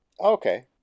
Okay